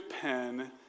pen